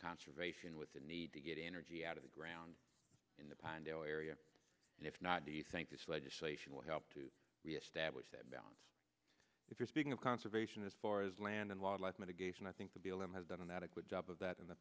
conservation with the need to get energy out of the ground in the pinedale area and if not do you think this legislation will help to reestablish that balance if you're speaking of conservation as far as land and wildlife mitigation i think the b l m has done an adequate job of that in the